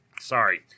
Sorry